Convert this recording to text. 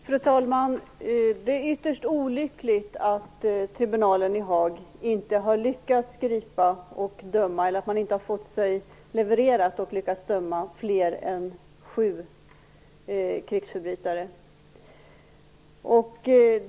Fru talman! Det är ytterst olyckligt att tribunalen i Haag inte har fått sig levererat och lyckats döma fler än 7 krigsförbrytare.